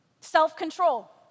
Self-control